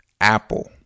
Apple